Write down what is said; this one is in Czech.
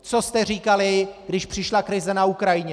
Co jste říkali, když přišla krize na Ukrajině?